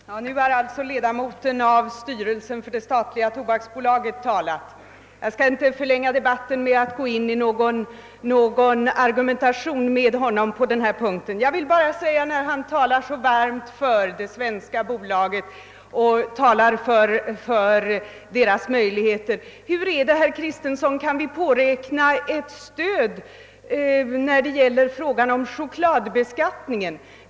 Herr talman! Nu har alltså ledamoten av styrelsen för det statliga tobaksbolaget talat. Jag skall inte förlänga debatten med att gå in i någon argumentation mot honom på denna punkt. Jag vill bara med anledning av att han talar så varmt för det svenska bolaget och för dess möjligheter fråga: Hur är det, herr Kristenson, kan vi påräkna ett stöd åt svenska företag beträffande chokladbeskattningen?